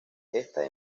esta